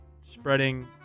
spreading